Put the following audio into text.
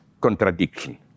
contradiction